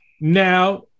Now